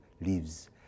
lives